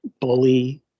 bully